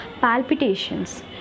palpitations